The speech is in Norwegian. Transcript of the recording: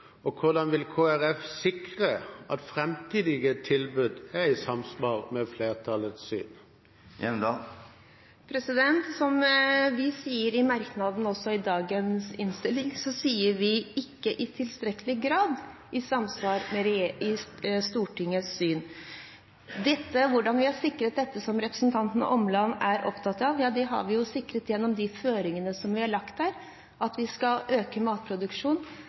målsetting? Hvordan vil Kristelig Folkeparti sikre at framtidige tilbud er i samsvar med flertallets syn? Vi sier i merknaden i dagens innstilling at statens tilbud «ikke i tilstrekkelig grad var i samsvar med» Stortingets syn. Vi har sikret det som representanten Omland er opptatt av, gjennom de føringene som vi har lagt – at vi skal øke matproduksjonen,